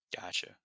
Gotcha